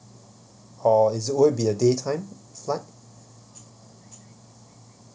or is it will it be a daytime flight